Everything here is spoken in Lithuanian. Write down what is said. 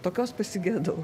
tokios pasigedau